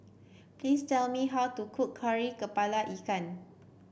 please tell me how to cook Kari kepala Ikan